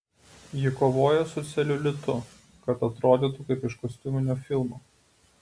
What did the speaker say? ji kovoja su celiulitu kad atrodytų kaip iš kostiuminio filmo